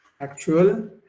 actual